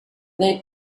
they